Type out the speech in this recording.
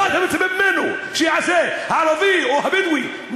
מה אתה מצפה ממנו שיעשה, הערבי או הבדואי?